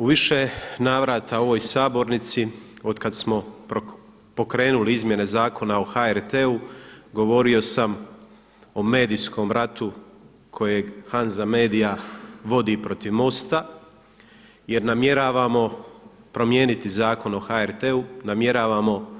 U više navrata u ovoj sabornici kad smo pokrenuli izmjene Zakona o HRT-u govorio sam o medijskom ratu kojeg Hanza Media vodi protiv MOST-a jer namjeravamo promijeniti Zakon o HRT-u, namjeravamo